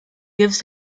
gives